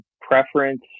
preference